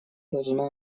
должна